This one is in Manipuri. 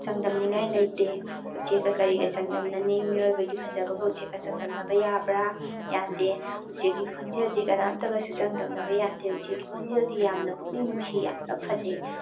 ꯆꯥꯡꯗꯝꯅꯤꯉꯥꯏ ꯂꯩꯇꯦ ꯎꯆꯦꯛꯀ ꯀꯔꯤꯒ ꯆꯥꯡꯗꯝꯅꯅꯤ ꯃꯤꯑꯣꯏꯕꯒꯤ ꯐꯖꯕꯒ ꯎꯆꯦꯛꯀ ꯆꯥꯡꯗꯝꯅꯕ ꯌꯥꯕ꯭ꯔꯥ ꯌꯥꯗꯦ ꯎꯆꯦꯛꯀꯤ ꯈꯣꯟꯖꯦꯜꯗꯤ ꯀꯅꯥꯝꯇꯒꯁꯨ ꯆꯥꯡꯗꯝꯅꯕ ꯌꯥꯗꯦ ꯎꯆꯦꯛꯀꯤ ꯈꯣꯟꯖꯦꯜꯗꯤ ꯌꯥꯝꯅ ꯄꯨꯛꯅꯤꯡ ꯅꯨꯡꯁꯤ ꯌꯥꯝꯅ ꯐꯖꯩ